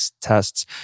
tests